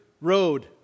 road